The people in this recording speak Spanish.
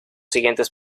siguientes